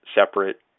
separate